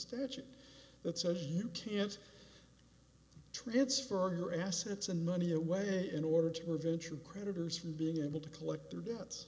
statute that says you can't transfer your assets and money away in order to prevent your creditors from being able to collect their d